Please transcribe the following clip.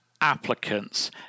applicants